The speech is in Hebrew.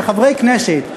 חברי הכנסת,